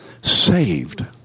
saved